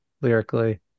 lyrically